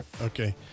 Okay